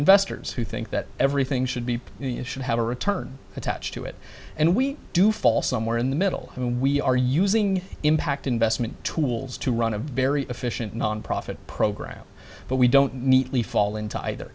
investors who think that everything should be should have a return attached to it and we do fall somewhere in the middle and we are using impact investment tools to run a very efficient nonprofit program but we don't meet me fall into either